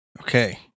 Okay